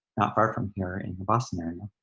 far from here in the boston area.